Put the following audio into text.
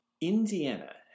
Indiana